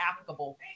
applicable